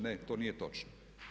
Ne, to nije točno.